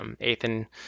Ethan